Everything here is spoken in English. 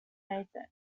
nathan